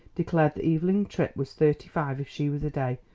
declared that evelyn tripp was thirty-five if she was a day,